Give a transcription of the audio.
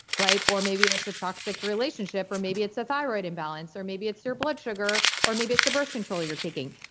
or maybe it's a toxic relationship, or maybe it's a thyroid imbalance or maybe it's your blood sugar, or maybe it's the birth control you're taking.